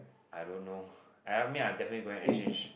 I don't know I mean I definitely go and exchange